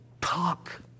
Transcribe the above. Talk